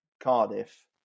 Cardiff